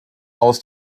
aus